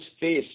face